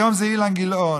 היום זה אילן גילאון,